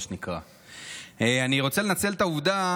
אני רוצה לנצל את העובדה